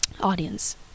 audience